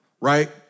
right